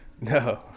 no